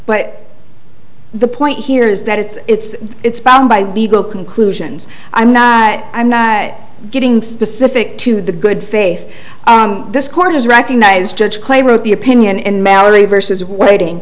but the point here is that it's it's bound by legal conclusions i'm not i'm not getting specific to the good faith this court has recognized judge clay wrote the opinion and mary versus waiting